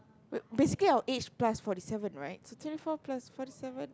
wait basically our age plus forty seven right so twenty four plus forty seven